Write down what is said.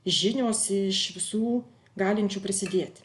žinios iš visų galinčių prisidėti